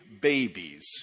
babies